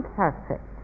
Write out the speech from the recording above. perfect